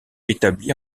établi